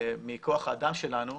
מכוח האדם שלנו,